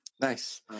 Nice